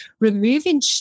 removing